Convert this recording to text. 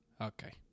Okay